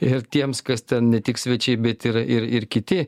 ir tiems kas ten ne tik svečiai bet ir ir kiti